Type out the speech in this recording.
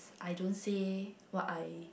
I don't say what I